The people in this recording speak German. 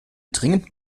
dringend